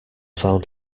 sound